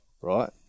right